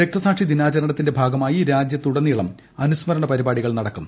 രക്തസാക്ഷി ദിനാചരണത്തിന്റെ ഭാഗമായി രാജ്യത്തുടനീളം അനുസ്മരണ പരിപാടികൾ നടക്കും